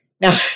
Now